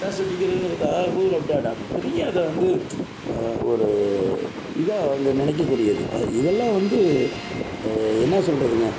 பட்டாசு வெடிக்கிறதுங்கிறது ஆ ஊ பெரிய அதை வந்து ஒரு இதாக வந்து நினைக்கக்கூடியது இதெல்லாம் வந்து என்ன சொல்கிறதுங்க